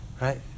right